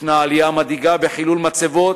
יש עלייה מדאיגה בחילול מצבות,